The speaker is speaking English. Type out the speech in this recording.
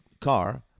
car